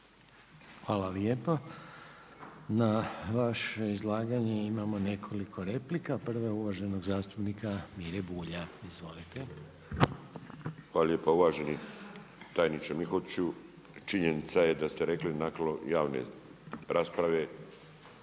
Hvala lijepo. Na vaše izlaganje imamo nekoliko replika. Prva je uvaženog zastupnik Mire Bulja. Izvolite. **Bulj, Miro (MOST)** Hvala lijepo uvaženi tajniče Mihotiću. Činjenica je da ste rekli nakon javne rasprave